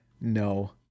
No